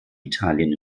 italien